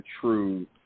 true